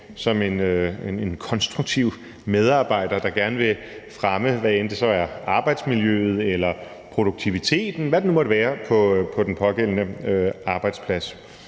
som en konstruktiv medarbejder, der gerne vil fremme f.eks. arbejdsmiljøet eller produktiviteten, hvad det nu måtte være, på den pågældende arbejdsplads.